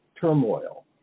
turmoil